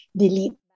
delete